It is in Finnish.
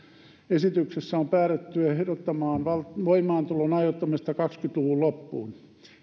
esityksessä on päädytty ehdottamaan voimaantulon ajoittamista kaksikymmentä luvun loppuun